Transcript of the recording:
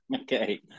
Okay